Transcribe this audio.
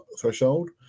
threshold